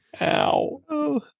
Ow